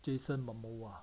jason momoa